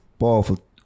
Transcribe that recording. Powerful